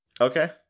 Okay